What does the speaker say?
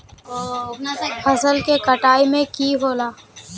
फसल के कटाई में की होला?